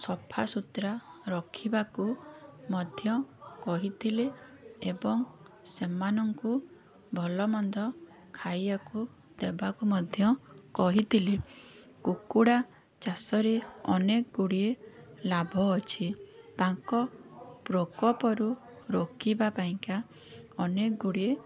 ସଫାସୁତରା ରଖିବାକୁ ମଧ୍ୟ କହିଥିଲେ ଏବଂ ସେମାନଙ୍କୁ ଭଲମନ୍ଦ ଖାଇବାକୁ ଦେବାକୁ ମଧ୍ୟ କହିଥିଲେ କୁକୁଡ଼ା ଚାଷରେ ଅନେକଗୁଡ଼ିଏ ଲାଭ ଅଛି ତାଙ୍କ ପ୍ରକୋପରୁ ରୋକିବା ପାଇଁକା ଅନେକଗୁଡ଼ିଏ